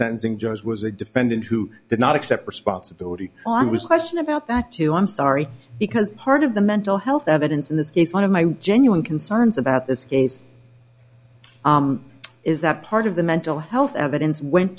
sentencing judge was a defendant who did not accept responsibility i was questioned about that too i'm sorry because part of the mental health evidence in this case one of my genuine concerns about this case is that part of the mental health evidence went